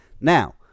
Now